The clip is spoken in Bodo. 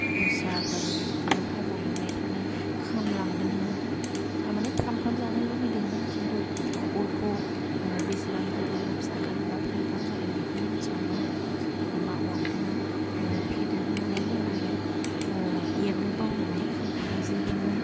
दस्राफोर जिखुनु भाजा एवनायफ्रानो खामलांदोंमोन थारमाने फ्राम फ्राम जानो लुगैदोंमोन किन्तु अरखौ बेसेबा गिदिर बा फिसा खालामबा फ्राम फ्राम जागोन बेखौ मिन्थियामोन एखम्बा अरखौनो फेदेरनानै होनानै एरनो बावनानै खामख'लाय जोबोमोन